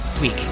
week